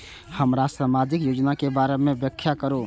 हमरा सामाजिक योजना के बारे में व्याख्या करु?